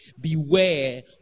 Beware